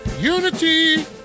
Unity